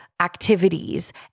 activities